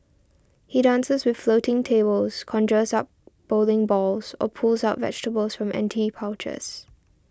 he dances with floating tables conjures up bowling balls or pulls out vegetables from empty pouches